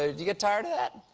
you get tired of that?